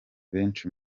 benshi